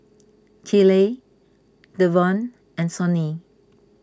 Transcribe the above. Keeley Deven and Sonny